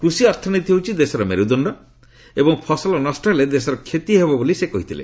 କୃଷି ଅର୍ଥନୀତି ହେଉଛି ଦେଶର ମେରୁଦଣ୍ଡ ଏବଂ ଫସଲ ନଷ୍ଟ ହେଲେ ଦେଶର କ୍ଷତି ହେବ ବୋଲି ସେ କହିଛନ୍ତି